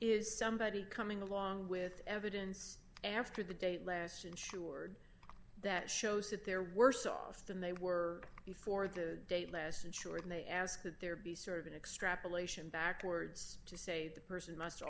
is somebody coming along with evidence after the date less insured that shows that they're worse off than they were before the date less insured and they ask that there be sort of an extrapolation backwards to say the person must